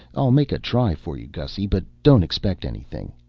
i'll make a try for you, gussy, but don't expect anything.